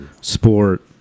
sport